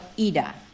Ida